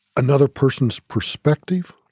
another person's perspective.